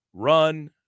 run